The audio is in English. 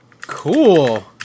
Cool